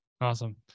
Awesome